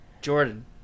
Jordan